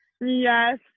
yes